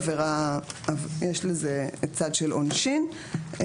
יש לזה צד של עונשין.